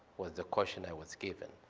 was the question i was given,